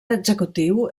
executiu